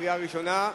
קריאה ראשונה.